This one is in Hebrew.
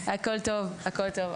הכל טוב, הכל טוב.